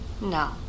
No